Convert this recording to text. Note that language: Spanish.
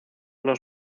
los